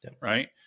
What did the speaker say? right